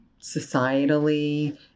societally